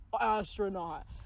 Astronaut